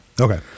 Okay